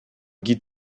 guide